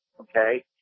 okay